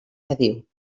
heddiw